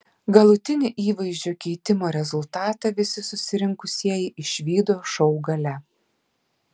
galutinį įvaizdžio keitimo rezultatą visi susirinkusieji išvydo šou gale